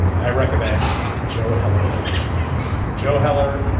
i recommend joe heller's obituary joe heller.